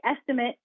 estimate